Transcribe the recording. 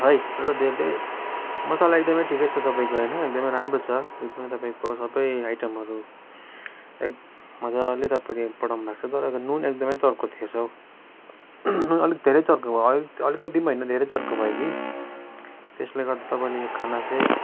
है र धेरै मसाला एकदमै ठिकै छ तपाईँको होइन एकदमै राम्रो छ एकदमै तपाईँको सबै आइटमहरू एक मज्जाले तपाईँले पठाउनुभएको छ तर नुन एकदमै चर्को थिएछ हौ नुन अलिक धेरै चर्को भयो अलिकति पनि होइन धेरै चर्को भयो कि त्यसले गर्दा तपाईँले यो खाना चाहिँ